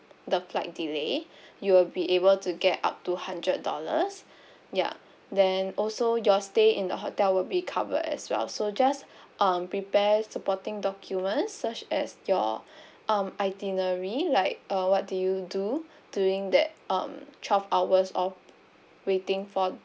the flight delay you'll be able to get up to hundred dollars ya then also your stay in the hotel will be covered as well so just um prepare supporting documents such as your um itinerary like uh what do you do during that um twelve hours of waiting for